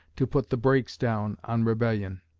to put the brakes down on rebellion.